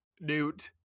Newt